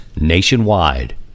nationwide